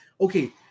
okay